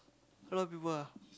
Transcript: a lot of people ah